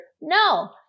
No